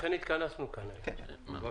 לכן התכנסנו כאן היום.